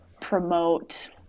promote